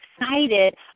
excited